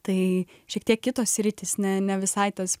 tai šiek tiek kitos sritys ne ne visai tas